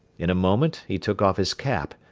in a moment he took off his cap,